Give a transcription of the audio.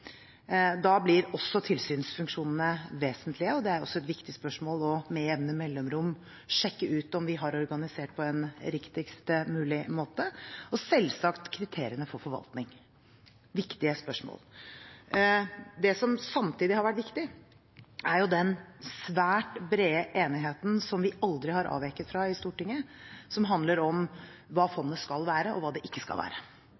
Da blir også tilsynsfunksjonene vesentlige. Det er også viktig med jevne mellomrom å sjekke ut om vi har organisert på en riktigst mulig måte, og selvsagt kriteriene for forvaltning – viktige spørsmål. Det som samtidig har vært viktig, er den svært brede enigheten som vi aldri har avveket fra i Stortinget, som handler om hva fondet skal være, og hva det ikke skal være.